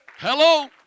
Hello